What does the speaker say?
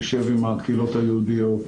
נשב עם הקהילות היהודיות,